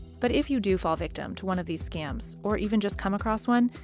but if you do fall victim to one of these scams or even just come across one,